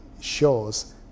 shows